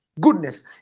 goodness